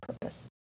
purpose